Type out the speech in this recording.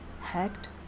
Hacked